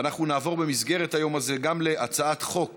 ואנחנו נעבור במסגרת היום הזה גם להצעת חוק